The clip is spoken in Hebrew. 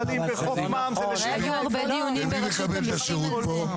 מי מקבל את השירות?